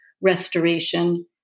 restoration